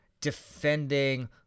defending